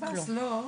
הקב״ס לא,